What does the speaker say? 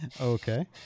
okay